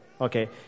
Okay